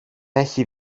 έχει